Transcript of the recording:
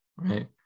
Right